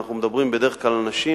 אנחנו מדברים בדרך כלל על אנשים